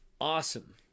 Awesome